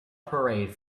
parade